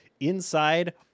Inside